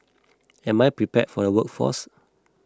am I prepare for the workforce